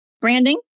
branding